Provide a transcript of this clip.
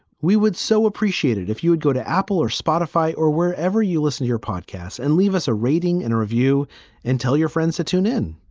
we would so appreciate it if you would go to apple or spotify or wherever you listen to your podcasts and leave us a rating and a review and tell your friends to tune in.